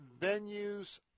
venues